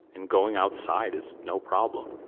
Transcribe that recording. and going outside is no problem.